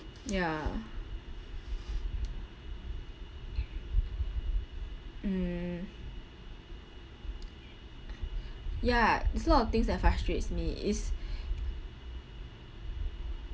ya mm ya there's a lot of things that frustrates me is